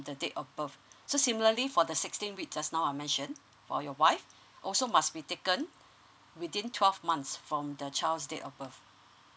the date of birth so similarly for the sixteen weeks just now I mentioned for your wife also must be taken within twelve months from the child's date of birth